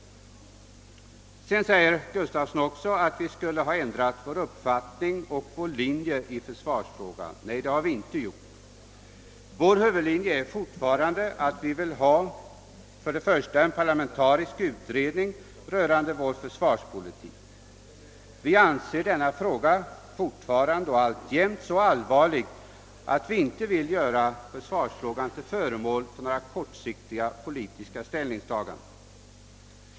Sedan säger herr Gustafsson i Uddevalla att vi skulle ha ändrat vår uppfattning och vår linje i försvarsfrågan. Nej, det har vi inte gjort. Vår huvudlinje är fortfarande att vi för det första vill ha en parlamentarisk utredning rörande vår försvarspolitik. Vi anser att denna fråga fortfarande är så allvarlig, att vi inte vill göra försvarsfrågan till föremål för några kortsiktiga politiska ställningstaganden.